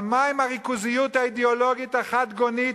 אבל מה עם הריכוזיות האידיאולוגית החדגונית